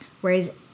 Whereas